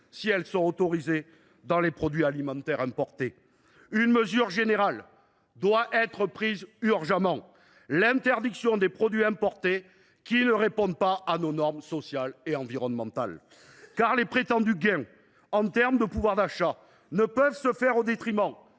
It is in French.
si elles sont autorisées dans les produits alimentaires importés ? Une mesure générale doit être prise d’urgence : l’interdiction des produits importés qui ne répondent pas à nos normes sociales et environnementales. Les prétendus gains de pouvoir d’achat ne peuvent pas être obtenus au détriment